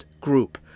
group